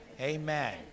amen